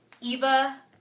Eva